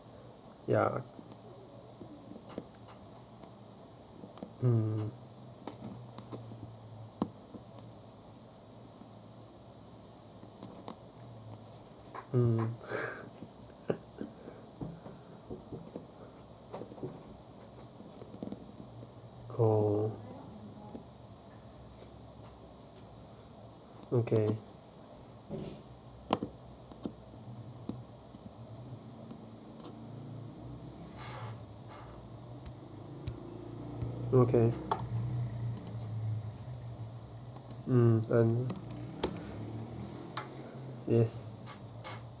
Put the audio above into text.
ya uh uh oh okay okay yes